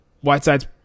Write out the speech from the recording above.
Whiteside's